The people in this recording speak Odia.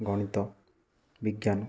ଗଣିତ ବିଜ୍ଞାନ